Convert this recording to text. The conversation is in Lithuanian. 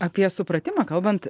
apie supratimą kalbant